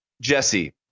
Jesse